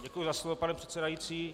Děkuji za slovo, pane předsedající.